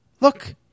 look